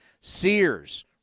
Sears